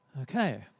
Okay